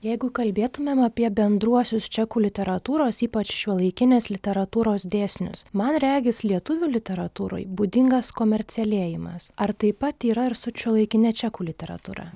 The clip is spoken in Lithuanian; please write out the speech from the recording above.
jeigu kalbėtumėm apie bendruosius čekų literatūros ypač šiuolaikinės literatūros dėsnius man regis lietuvių literatūroj būdingas komercialėjimas ar taip pat yra ir su šiuolaikine čekų literatūra